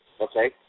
okay